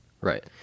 Right